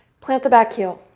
plant the back heel.